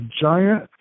giant